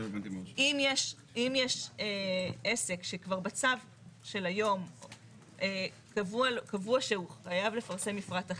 אם יש עסק שכבר בצו של היום קבוע שהוא חייב לפרסם מפרט אחיד,